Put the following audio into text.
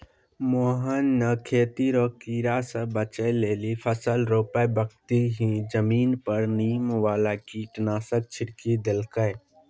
मोहन नॅ खेती रो कीड़ा स बचै लेली फसल रोपै बक्ती हीं जमीन पर नीम वाला कीटनाशक छिड़की देलकै